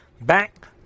Back